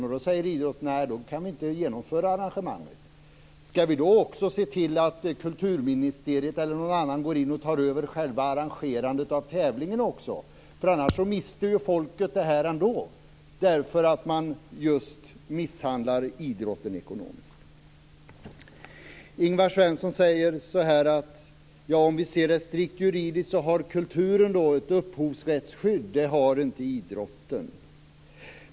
Jo, då säger man från idrottsrörelsens sida att man inte kan genomföra arrangemanget. Skall vi då också se till att kulturministeriet eller någon annan går in och tar över själva arrangerandet av tävlingen också? Annars går ju folket miste om det här ändå just därför att idrottsrörelsen misshandlas ekonomiskt. Ingvar Svensson säger att om vi ser det strikt juridiskt så har kulturen ett upphovsrättsskydd och det har inte idrotten.